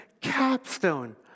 capstone